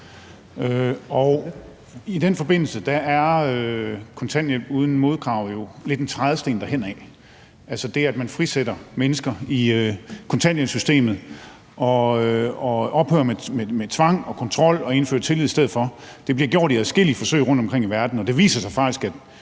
i den forbindelse er kontanthjælp uden modkrav lidt en trædesten derhenad – altså det at man frisætter mennesker i kontanthjælpssystemet og ophører med tvang og kontrol og indfører tillid i stedet for. Det er blevet gjort i adskillige forsøg rundtomkring i verden, og det viser sig faktisk,